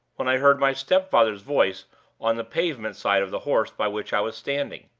when i heard my stepfather's voice on the pavement side of the horse by which i was standing.